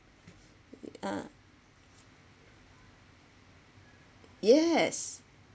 uh yes